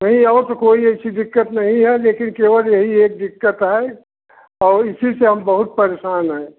नहीं और तो कोई ऐसी दिक़्क़त नहीं है लेकिन केवल यही एक दिक़्क़त है और इसी से हम बहुत परेशान हैं